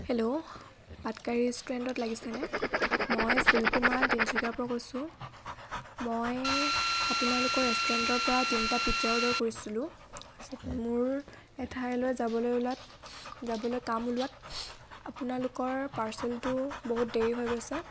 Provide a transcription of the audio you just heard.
hello Patkai ৰেষ্টুৰেণ্টত লাগিছেনে মই শিল্পী মৰাণ তিনিচুকীয়াৰ পৰা কৈছোঁ মই আপোনালোকৰ ৰেষ্টুৰেণ্টৰ পৰা তিনিটা পিজ্জা অৰ্ডাৰ কৰিছিলোঁ তাৰপিছত মোৰ এঠাইলৈ যাবলৈ ওলোৱাত যাবলৈ কাম ওলোৱাত আপোনালোকৰ পাৰ্চেলটো বহুত দেৰি হৈ গৈছে